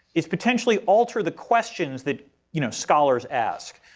is potentially alter the questions that you know scholars ask.